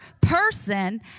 person